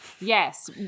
Yes